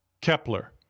Kepler